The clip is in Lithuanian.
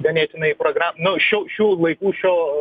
ganėtinai progra nu šių laikų šio